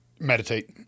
Meditate